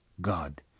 God